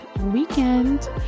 weekend